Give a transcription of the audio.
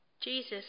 Jesus